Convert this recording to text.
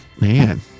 Man